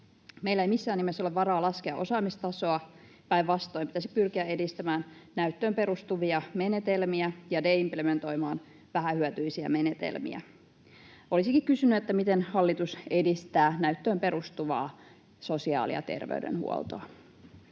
Meillä ei missään nimessä ole varaa laskea osaamistasoa — päinvastoin, pitäisi pyrkiä edistämään näyttöön perustuvia menetelmiä ja deimplementoimaan vähähyötyisiä menetelmiä. Olisinkin kysynyt: miten hallitus edistää näyttöön perustuvaa sosiaali- ja terveydenhuoltoa?